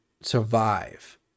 survive